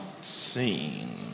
seen